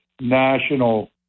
national